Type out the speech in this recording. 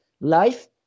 life